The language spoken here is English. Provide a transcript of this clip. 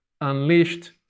unleashed